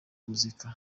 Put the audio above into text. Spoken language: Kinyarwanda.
muzika